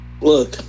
look